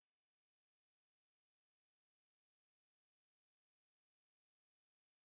Ubugeni ni ubuhanga bwo guhanga ibishushanyo bibaje mu biti cyangwa